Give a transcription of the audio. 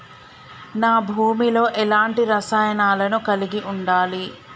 నా భూమి లో ఎలాంటి రసాయనాలను కలిగి ఉండాలి?